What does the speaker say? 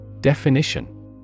Definition